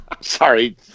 Sorry